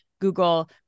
Google